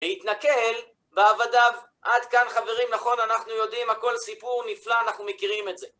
להתנכל בעבדיו. עד כאן, חברים, נכון, אנחנו יודעים, הכל סיפור נפלא, אנחנו מכירים את זה.